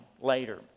later